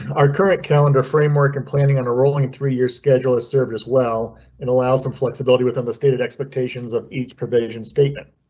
our current calendar framework and planning on a rolling through your schedule is served as well and allows some flexibility within the stated expectations of each provision statement.